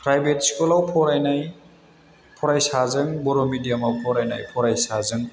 private स्कुलाव फरायनाय फरायसाजों बर' मेडियामाव फरायनाय फरायसाजों